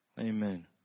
Amen